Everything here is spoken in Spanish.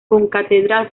concatedral